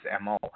MO